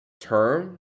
term